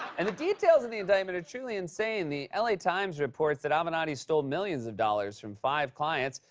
and the details of the indictment are truly insane. the l a. times reports that avenatti stole millions of dollars from five clients.